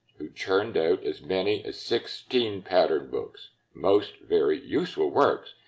who churned out as many as sixteen pattern books. most very useful works,